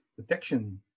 detection